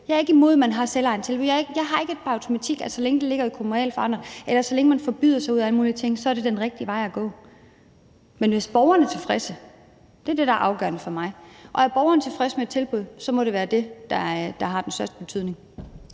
Jeg er ikke imod, at man har selvejende tilbud. Jeg har ikke den automatik, at så længe det ligger kommunalt forankret, eller så længe man forbyder sig ud af alle mulige ting, så er det den rigtige vej at gå. At borgerne er tilfredse, er det, der er afgørende for mig. Og er borgeren tilfreds med et tilbud, må det være det, der har den største betydning.